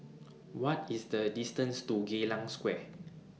What IS The distance to Geylang Square